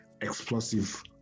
explosive